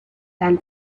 than